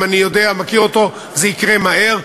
אני יודע, אני מכיר אותו, זה יקרה מהר.